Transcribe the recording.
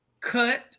cut